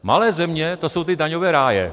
Malé země, to jsou ty daňové ráje.